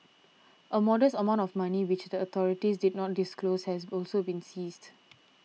a modest amount of money which the authorities did not disclose has also been seized